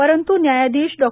परंत् न्यायाधीश डॉ